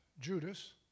Judas